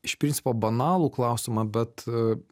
iš principo banalų klausimą bet